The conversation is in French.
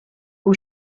aux